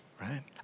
Right